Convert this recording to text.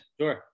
Sure